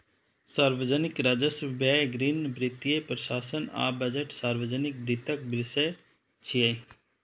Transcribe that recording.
सार्वजनिक राजस्व, व्यय, ऋण, वित्तीय प्रशासन आ बजट सार्वजनिक वित्तक विषय छियै